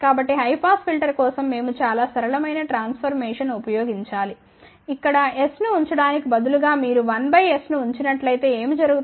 కాబట్టి high pass filter కోసం మేము చాలా సరళమైన ట్రాన్ఫర్మేషన్ను ఉపయోగించాలి ఇక్కడ s ను ఉంచడానికి బదులుగా మీరు 1 బై s ను ఉంచినట్లయితే ఏమి జరుగుతుంది